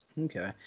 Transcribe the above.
Okay